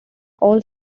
all